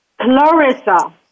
Clarissa